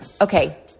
Okay